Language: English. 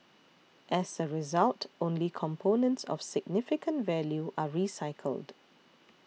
as a result only components of significant value are recycled